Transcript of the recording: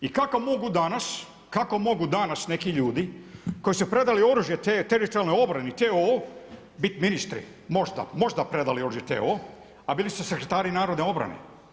I kako mogu danas, kako mogu danas neki ljudi, koji su predali oružje te teritorijalnoj obrani, TOO bit ministri, možda, možda predali oružje TOO, a bili su sekretari narodne obrane.